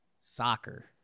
Soccer